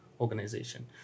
organization